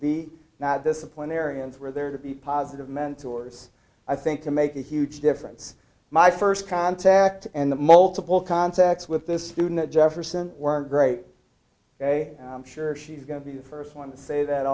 be not disciplinary and for there to be positive mentors i think to make a huge difference my first contact and the multiple contacts with this student at jefferson were great ok i'm sure she's going to be the first one to say that